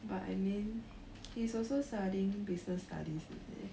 but I mean he's also studying business studies is it